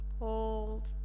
Hold